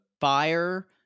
fire